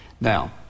Now